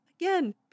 Again